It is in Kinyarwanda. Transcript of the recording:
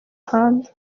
ahandi